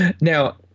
Now